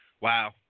wow